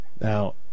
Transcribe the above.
Now